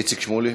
איציק שמולי,